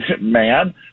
man